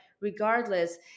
regardless